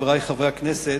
חברי חברי הכנסת,